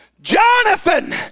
Jonathan